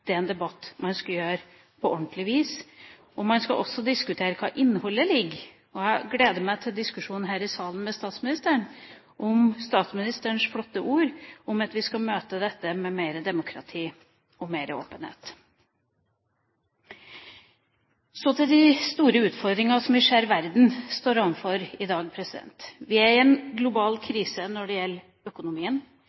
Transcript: det er en debatt man skal gjøre på ordentlig vis. Man skal også diskutere hva som ligger i innholdet. Jeg gleder meg til diskusjonene her i salen med statsministeren om statsministerens flotte ord om at vi skal møte dette med mer demokrati og mer åpenhet. Så til de store utfordringene som vi ser verden står overfor i dag. Vi er i en global